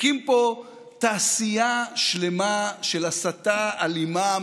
הקים פה תעשייה שלמה של הסתה אלימה,